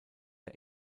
der